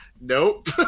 nope